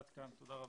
עד כאן, תודה רבה.